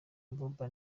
abuba